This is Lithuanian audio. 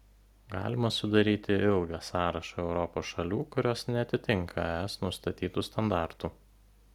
galima sudaryti ilgą sąrašą europos šalių kurios neatitinka es nustatytų standartų